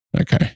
okay